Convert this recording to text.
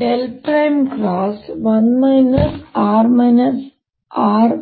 1r rMr1r rMr1r